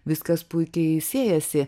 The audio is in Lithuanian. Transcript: viskas puikiai siejasi